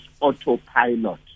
autopilot